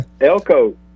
Elko